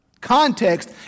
Context